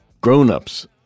Grown-ups